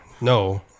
No